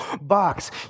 box